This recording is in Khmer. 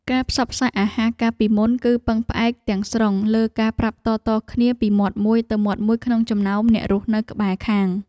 ការផ្សព្វផ្សាយអាហារកាលពីមុន គឺពឹងផ្អែកទាំងស្រុងលើការប្រាប់តៗគ្នាពីមាត់មួយទៅមាត់មួយក្នុងចំណោមអ្នករស់នៅក្បែរខាង។